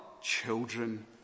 children